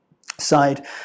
side